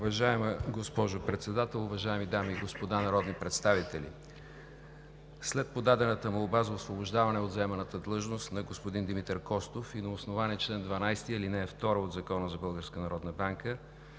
Уважаема госпожо Председател, уважаеми дами и господа народни представители! След подадената молба за освобождаване от заеманата длъжност на господин Димитър Костов и на основание чл. 12, ал. 2 от Закона за